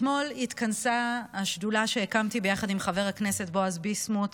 אתמול התכנסה השדולה שהקמתי ביחד עם חבר הכנסת בועז ביסמוט